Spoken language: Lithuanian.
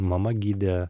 mama gidė